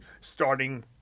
starting